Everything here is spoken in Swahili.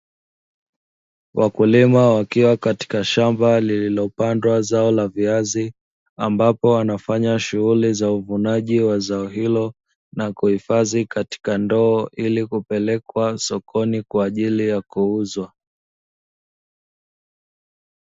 Wakulima wakiwa katika shamba lililopandwa zao la viazi, ambapo wanafanya shughuli za uvunaji wa zao hilo na kuhifadhi katika ndoo ili kupelekwa sokoni kwa ajili ya kuuzwa.